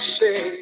say